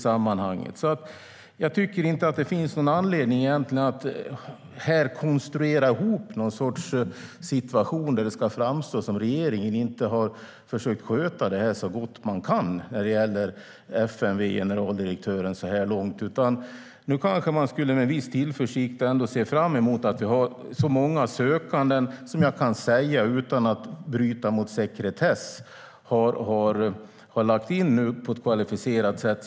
Det finns egentligen inte någon anledning att här konstruera ihop någon sorts situation där det ska framstå som att regeringen inte har försökt att sköta det så gott den kan när det gäller generaldirektör för FMV så här långt. Nu kanske man med tillförsikt ska se fram emot att vi har så många sökande, som jag kan säga utan att bryta mot sekretess, som har lagt in sina ansökningar på ett kvalificerat sätt.